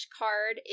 card